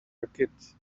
rocket